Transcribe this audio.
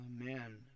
Amen